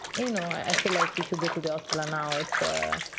you you know i feel like if you go to the hospital now, it's a